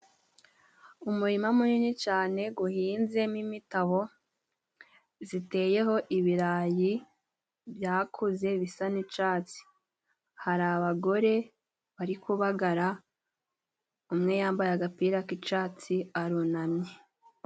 Umurima munini cane guhinzemo imitabo ziteyeho ibirayi byakuze bisa n'icatsi hari abagore bari kubabagara umwe yambaye agapira k'icatsi arunamye.